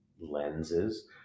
lenses